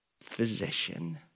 physician